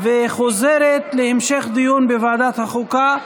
2022, לוועדת החוקה,